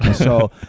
so,